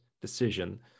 decision